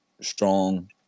strong